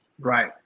Right